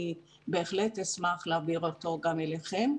בהחלט אשמח להעביר אותו גם אליכם.